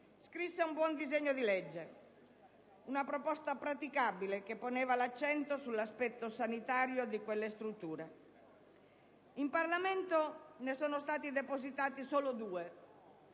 Scrisse un buon disegno di legge, una proposta praticabile che poneva l'accento sull'aspetto sanitario di quelle strutture. In Parlamento ne sono stati depositati solo due